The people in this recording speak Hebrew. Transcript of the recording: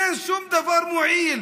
אין שום דבר מועיל,